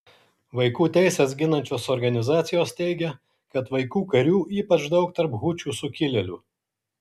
vaikų teises ginančios organizacijos teigia kad vaikų karių ypač daug tarp hučių sukilėlių